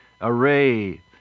array